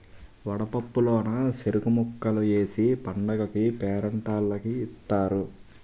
వడపప్పు లోన సెరుకు ముక్కలు ఏసి పండగకీ పేరంటాల్లకి ఇత్తారు